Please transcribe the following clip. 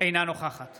אינה נוכחת